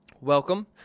welcome